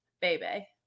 baby